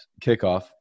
kickoff